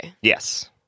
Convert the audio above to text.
Yes